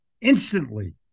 instantly